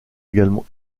également